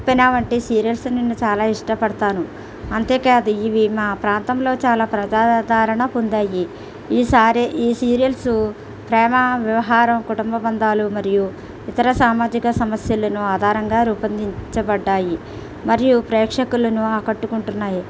ఉప్పెన వంటి సీరియల్స్ నేను చాలా ఇష్టపడతాను అంతే కాదు ఇవి మా ప్రాంతంలో చాలా ప్రజాధారణ పొందాయి ఈసారి ఈ సీరియల్స్ ప్రేమ వ్యవహారం కుటుంబ బంధాలు మరియు ఇతర సామాజిక సమస్యలను ఆధారంగా రూపొందించబడ్డాయి మరియు ప్రేక్షకులను ఆకట్టుకుంటున్నాయి